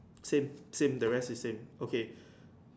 same same the rest is same okay